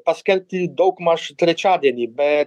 paskelbti daugmaž trečiadienį bet